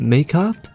Makeup